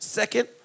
second